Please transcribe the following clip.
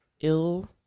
ill